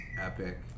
epic